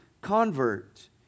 convert